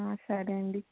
సరే అండి